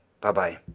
Bye-bye